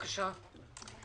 בבקשה.